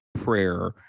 prayer